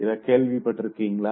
இத கேள்விப்பட்டிருக்கிறீங்களா